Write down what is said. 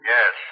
Yes